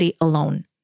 alone